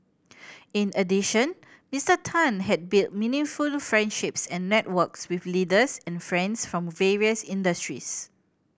in addition Mister Tan has built meaningful friendships and networks with leaders and friends from various industries